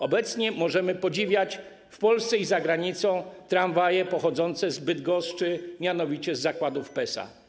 Obecnie możemy podziwiać w Polsce i za granicą tramwaje pochodzące z Bydgoszczy, mianowicie z zakładów PESA.